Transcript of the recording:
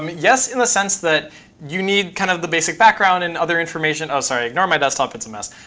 um yes in the sense that you need kind of the basic background and other information oh, sorry. ignore my desktop, it's a mess.